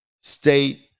state